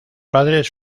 padres